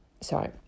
Sorry